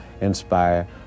inspire